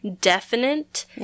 definite